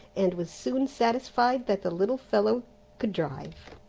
and was soon satisfied that the little fellow could drive.